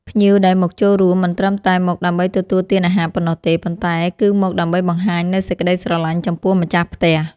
ភ្ញៀវដែលមកចូលរួមមិនត្រឹមតែមកដើម្បីទទួលទានអាហារប៉ុណ្ណោះទេ ប៉ុន្តែគឺមកដើម្បីបង្ហាញនូវសេចក្តីស្រឡាញ់ចំពោះម្ចាស់ផ្ទះ។